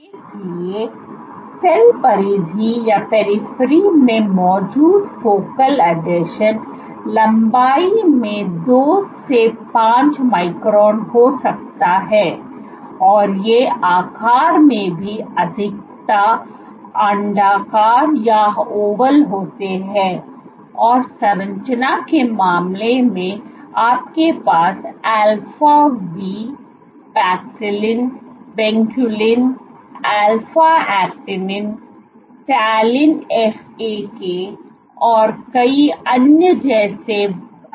इसलिए सेल परिधि में मौजूद फोकल आसंजन लंबाई में 2 से 5 माइक्रोन हो सकता है और ये आकार में भी अधिकता अंडाकार होते हैं और संरचना के मामले में आपके पास alpha V paxillin vinculin alpha actinin talin FAK और कई अन्य जैसे अभिन्न हैं